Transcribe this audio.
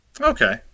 Okay